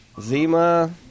Zima